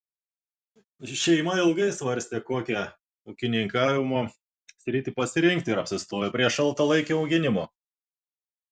šeima ilgai svarstė kokią ūkininkavimo sritį pasirinkti ir apsistojo prie šaltalankių auginimo